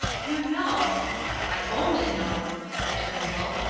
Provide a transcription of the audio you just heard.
you know i only know, said turnbull,